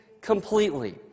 completely